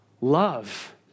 love